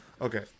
Okay